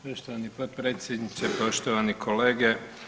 Poštovani potpredsjedniče, poštovani kolege.